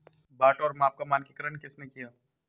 बाट और माप का मानकीकरण किसने किया?